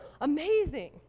amazing